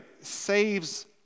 saves